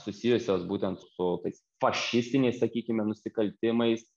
susijusios būtent su tais fašistiniais sakykime nusikaltimais